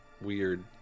weird